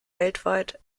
weltweit